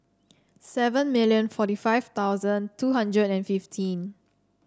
seventy million forty five thousand two hundred and fifteen